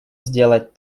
сделать